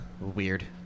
weird